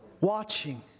watching